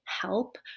help